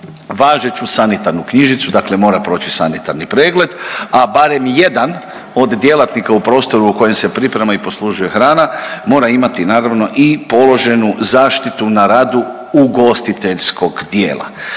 važeću sanitarnu knjižicu, dakle mora proći sanitarni pregled, a barem jedan od djelatnika u prostoru u kojem se priprema i poslužuje hrana mora imati naravno i položenu zaštitu na radu ugostiteljskog dijela.